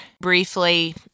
briefly